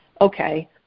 okay